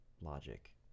logic